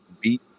beat